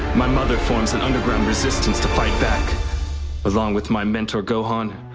my mother forms an underground resistance to fight back along with my mentor gohan,